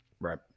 Right